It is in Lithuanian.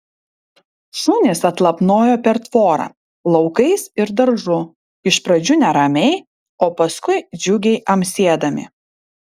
šunys atlapnojo per tvorą laukais ir daržu iš pradžių neramiai o paskui džiugiai amsėdami